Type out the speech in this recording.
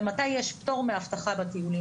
אנחנו נדרשים ומנסים להבין עד כמה קשה לתלמידים בבתי ספר